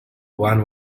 one